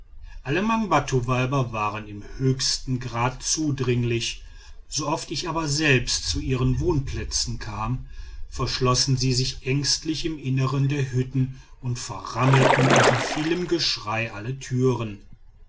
alle mangbattuweiber waren im höchsten grad zudringlich so oft ich aber selbst zu ihren wohnplätzen kam verschlossen sie sich ängstlich im innern der hütten und verrammelten unter vielem geschrei alle türen